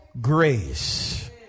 grace